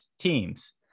teams